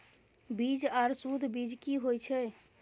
बीज आर सुध बीज की होय छै?